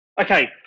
Okay